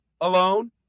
alone